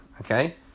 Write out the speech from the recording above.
okay